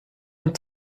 een